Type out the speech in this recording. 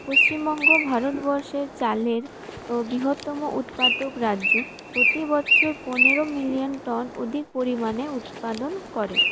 পশ্চিমবঙ্গ ভারতবর্ষে চালের বৃহত্তম উৎপাদক রাজ্য প্রতিবছর পনেরো মিলিয়ন টন অধিক পরিমাণে উৎপাদন করে